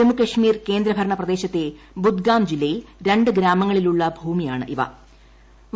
ജമ്മു കശ്മീർ ക്ക്രെന്ദ്രണ പ്രദേശത്തെ ബുദ്ഗാം ജില്ലയിൽ രണ്ട് ഗ്രാമങ്ങളിലുള്ള ഭൂമിയാണ് ക്കൂപ്